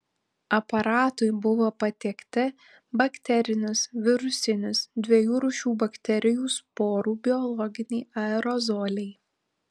aparatui buvo patiekti bakterinis virusinis dviejų rūšių bakterijų sporų biologiniai aerozoliai